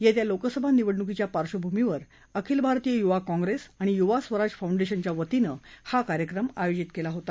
येत्या लोकसभा निवडणुकीच्या पार्क्षभूमीवर आखिल भारतीय युवा काँप्रेस आणि युवा स्वराज फांऊडेशनच्या वतीनं हा कार्यक्रम आयोजित केला होता